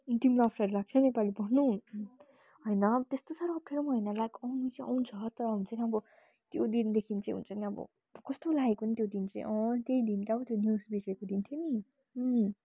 तिमीलाई अप्ठ्यारो लाग्छ नेपाली पढ्नु होइन त्यस्तो साह्रो अप्ठ्यारो पनि होइन लाइक आउनु चाहिँ आउँछ तर हुन्छ नि अब त्यो दिनदेखिन् चाहिँ हुन्छ नि अब कस्तो लागेको नि त्यो दिन चाहिँ त्यही दिन क्या हो त्यो न्युज बिग्रिएको दिन थियो नि